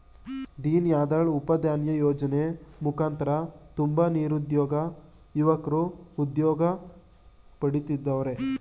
ದೀನ್ ದಯಾಳ್ ಉಪಾಧ್ಯಾಯ ಯೋಜನೆ ಮುಖಾಂತರ ತುಂಬ ನಿರುದ್ಯೋಗ ಯುವಕ್ರು ಉದ್ಯೋಗ ಪಡಿತವರ್ರೆ